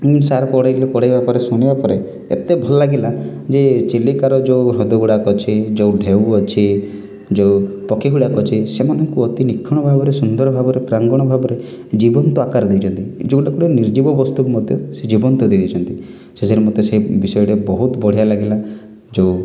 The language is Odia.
ସାର୍ ପଢ଼େଇବା ପରେ ଶୁଣିବା ପରେ ଏତେ ଭଲ ଲାଗିଲା ଯେ ଚିଲିକାର ଯେଉଁ ହ୍ରଦଗୁଡ଼ାକ ଅଛି ଯେଉଁ ଢ଼େଉ ଅଛି ଯେଉଁ ପକ୍ଷୀଗୁଡ଼ାକ ଅଛି ସେମାନଙ୍କୁ ଅତି ନିଖୁଣ ଭାବରେ ସୁନ୍ଦର ଭାବରେ ପ୍ରାଙ୍ଗଣ ଭାବରେ ଜୀବନ୍ତ ଆକାର ଦେଇଛନ୍ତି ଯେଉଁଟାକି ନିର୍ଜୀବ ବସ୍ତୁକୁ ମଧ୍ୟ ସେ ଜୀବନ୍ତ ଦେଇ ଦେଇଛନ୍ତି ଶେଷରେ ମୋତେ ସେ ବିଷୟଟି ବହୁତ ବଢ଼ିଆ ଲାଗିଲା ଯେଉଁ